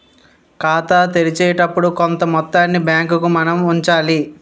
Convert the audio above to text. ఖాతా తెరిచేటప్పుడు కొంత మొత్తాన్ని బ్యాంకుకు మనం ఉంచాలి